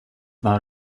not